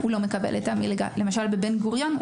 למשל בבן-גוריון,